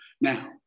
Now